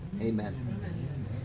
Amen